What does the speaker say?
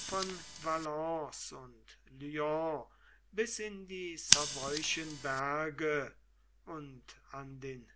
von valence und lyon bis in die savoyischen berge und an den